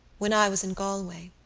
when i was in galway.